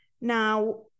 Now